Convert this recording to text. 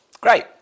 Great